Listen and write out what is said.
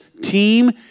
team